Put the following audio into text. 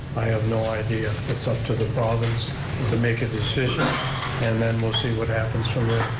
i have no idea, it's up to the province to make a decision and then we'll see what happens from there.